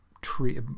tree